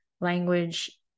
language